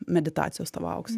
meditacijos tavo aukse